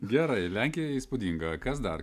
gerai lenkija įspūdinga kas dar